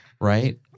right